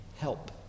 help